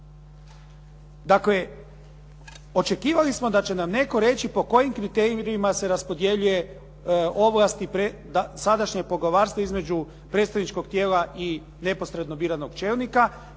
Dakle, očekivali smo da će nam netko reći po kojim kriterijima se raspodjeljuju ovlasti sadašnjeg poglavarstva između predsjedničkog tijela i neposredno biranog čelnika.